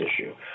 issue